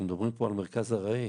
אנחנו מדברים פה על מרכז ארעי.